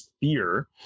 fear